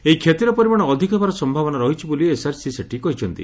ଏହି କ୍ଷତିର ପରିମାଣ ଅଧିକ ହେବାର ସମ୍ଭାବନା ରହିଛି ବୋଲି ଏସ୍ଆର୍ସି ଶ୍ରୀ ସେଠୀ କହିଛନ୍ତି